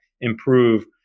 improve